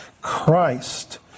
Christ